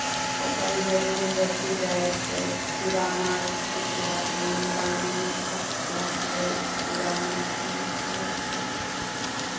फसल जरुर बचि जाइ छै कीरामार छीटलासँ मुदा मनुखक स्वास्थ्य लेल कीरामार हानिकारक होइ छै